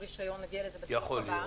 רישיון נגיע לזה בסעיף הבא -- יכול להיות.